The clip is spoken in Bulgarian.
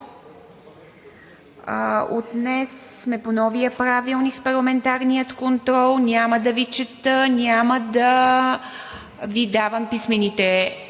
От днес сме по новия Правилник за парламентарния контрол – няма да Ви чета, няма да Ви давам писмените